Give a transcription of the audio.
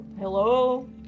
Hello